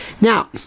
Now